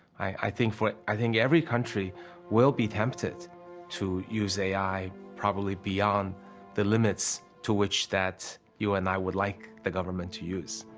i think for. i think every country will be tempted to use a i. probably beyond the limits to which that you and i would like the government to use.